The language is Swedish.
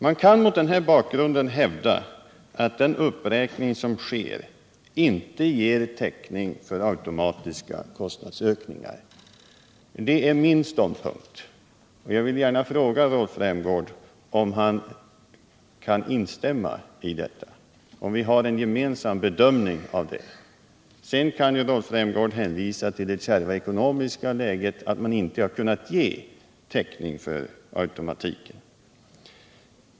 Man kan mot denna bakgrund hävda att den uppräkning som sker inte ger täckning för automatiska kostnadsökningar. Det är min ståndpunkt. Jag vill gärna fråga Rolf Rämgård om han kan instämma i detta, om vi har en gemensam bedömning av detta. Sedan kan ju Rolf Rämgård hänvisa till det kärva ekonomiska läget som skäl för att man inte kunnat ge täckning för automatiken.